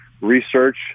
research